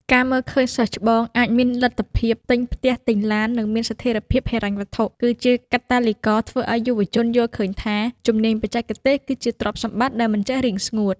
ការមើលឃើញសិស្សច្បងអាចមានលទ្ធភាពទិញផ្ទះ ទិញឡាន និងមានស្ថិរភាពហិរញ្ញវត្ថុ គឺជាកាតាលីករធ្វើឱ្យយុវជនយល់ឃើញថា ជំនាញបច្ចេកទេសគឺជាទ្រព្យសម្បត្តិដែលមិនចេះរីងស្ងួត។